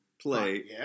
play